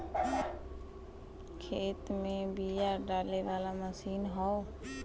खेत में बिया डाले वाला मशीन हौ